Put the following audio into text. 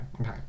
Okay